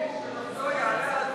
יעלה על הדוכן?